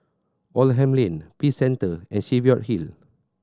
Oldham Lane Peace Centre and Cheviot Hill